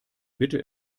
bitte